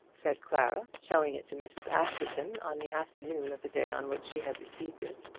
said clara, showing it to mrs. askerton on the afternoon of the day on which she had received it.